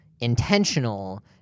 intentional